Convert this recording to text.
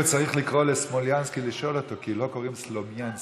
הוא צריך לקרוא לסמולינסקי לשאול אותו כי לו קוראים סלומינסקי.